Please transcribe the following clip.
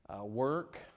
Work